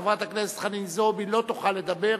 חברת הכנסת חנין זועבי לא תוכל לדבר,